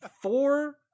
four